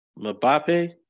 Mbappe